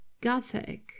Gothic